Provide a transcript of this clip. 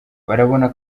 barabona